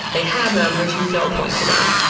they have them. there's no point to them.